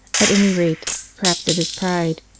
at any rate perhaps it is pride,